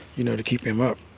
you know, to keep him up,